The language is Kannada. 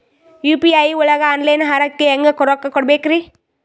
ಯು.ಪಿ.ಐ ಒಳಗ ಆನ್ಲೈನ್ ಆಹಾರಕ್ಕೆ ಹೆಂಗ್ ರೊಕ್ಕ ಕೊಡಬೇಕ್ರಿ?